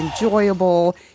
enjoyable